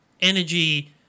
energy